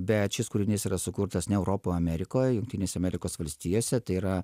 bet šis kūrinys yra sukurtas ne europoj o amerikoj jungtinėse amerikos valstijose tai yra